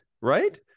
right